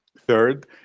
Third